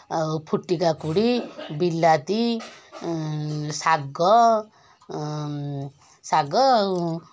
ଆଉ ଫୁଟି କାକୁଡ଼ି ବିଲାତି ଶାଗ ଶାଗ ଆଉ